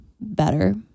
better